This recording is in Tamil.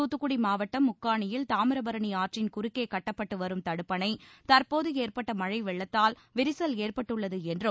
தூத்துக்குடி மாவட்டம் முக்காணியில் தாமிரபரணி ஆற்றின் குறுக்கே கட்டப்பட்டு வரும் தடுப்பணை தற்போது ஏற்பட்ட மழை வெள்ளத்தால் விரிசல் ஏற்பட்டுள்ளது என்றும்